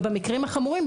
במקרים החמורים,